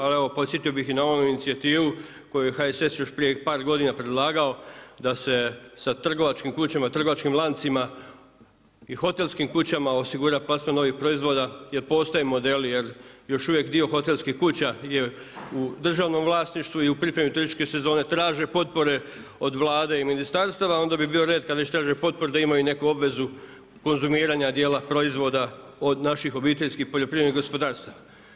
Ali evo podsjetio bih i na ovu inicijativu koju je HSS još prije par godina predlagao da se sa trgovačkim kućama, trgovačkim lancima i hotelskim kućama osigura plasman novih proizvoda, jer postoje modeli još uvijek dio hotelskih kuća je u državnom vlasništvu i u pripremi turističke sezone traže potpore od Vlade i ministarstava, onda bi bio red kad već traže potporu da imaju i neku obvezu konzumiranja dijela proizvoda od naših obiteljskih poljoprivrednih gospodarstava.